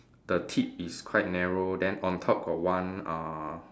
the tip is quite narrow then on top got one uh